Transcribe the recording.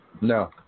No